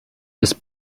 ist